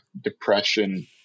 depression